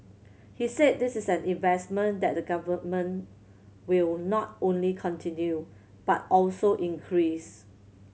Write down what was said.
he said this is an investment that the Government will not only continue but also increase